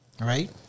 right